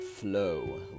flow